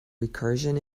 recursion